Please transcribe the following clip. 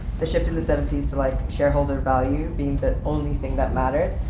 the shift in the seventy s to, like, shareholder value being the only thing that mattered,